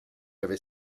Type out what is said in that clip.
avait